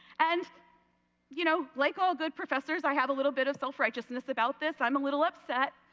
and you know like all good professors i have a little bit of self-righteousness about this. i'm a little upset.